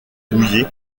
mouillé